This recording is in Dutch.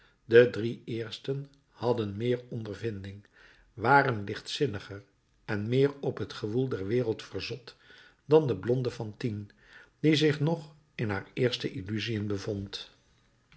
verzwijgen de drie eersten hadden meer ondervinding waren lichtzinniger en meer op t gewoel der wereld verzot dan de blonde fantine die zich nog in haar eerste illusiën bevond